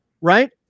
right